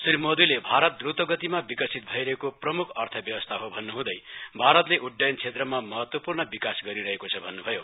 श्री मोदीले भारत द्व्तगतिमा विक्सित भइरहेको प्रमुख अर्थव्यवस्था हो भन्नुहँदै भारतले उड्डयन क्षेत्रमा महत्वपूर्ण विकास गरिरहेको छ भन्नुभयो